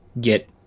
Get